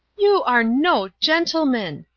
you are no gentleman!